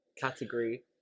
category